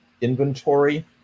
inventory